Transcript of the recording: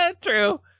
True